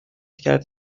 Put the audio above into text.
کرد